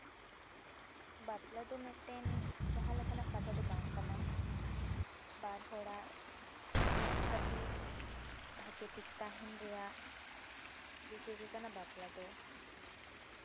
ᱵᱟᱯᱞᱟ ᱫᱚ ᱢᱤᱫᱴᱟᱝ ᱡᱟᱦᱟᱸ ᱞᱮᱠᱟᱱᱟᱜ ᱠᱟᱛᱷᱟ ᱫᱚ ᱵᱟᱝ ᱠᱟᱱᱟ ᱵᱟᱨ ᱦᱚᱲᱟᱜ ᱜᱚᱡ ᱫᱷᱟᱹᱵᱤᱡ ᱵᱷᱟᱜᱮ ᱴᱷᱤᱠ ᱛᱟᱦᱮᱱ ᱨᱮᱭᱟᱜ ᱨᱤᱠᱟᱹᱜᱮ ᱠᱟᱱᱟ ᱵᱟᱯᱞᱟ ᱫᱚ